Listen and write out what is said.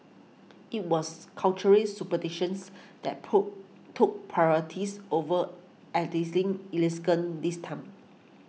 it was culture ray superstitions that poor took priorities over aesthetic elegance this time